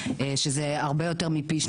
שזה הרבה יותר מפי 2